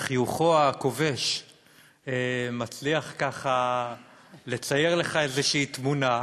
ועם חיוכו הכובש מצליח ככה לצייר לך איזו תמונה,